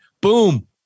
Boom